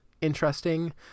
interesting